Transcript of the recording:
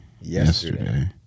yesterday